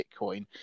bitcoin